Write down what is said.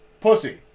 Pussy